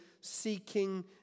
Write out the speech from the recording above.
seeking